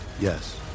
Yes